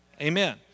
Amen